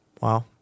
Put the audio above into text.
wow